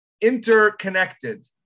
interconnected